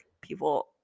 people